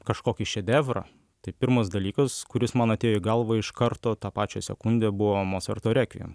kažkokį šedevrą tai pirmas dalykas kuris man atėjo į galvą iš karto tą pačią sekundę buvo mocarto requiem